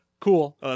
cool